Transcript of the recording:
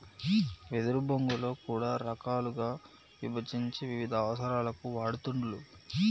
వెదురు బొంగులో కూడా రకాలుగా విభజించి వివిధ అవసరాలకు వాడుతూండ్లు